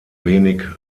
wenig